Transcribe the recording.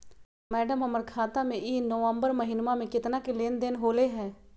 madam, हमर खाता में ई नवंबर महीनमा में केतना के लेन देन होले है